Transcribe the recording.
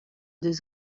deux